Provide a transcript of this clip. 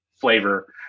flavor